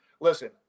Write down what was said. listen